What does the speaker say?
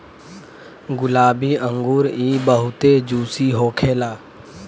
गुलाबी अंगूर इ बहुते जूसी होखेला